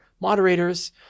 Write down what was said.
moderators